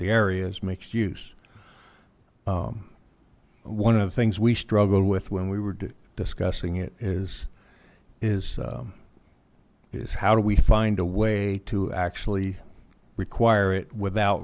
the area's makes use one of the things we struggle with when we were discussing it is is is how do we find a way to actually require it with